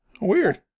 Weird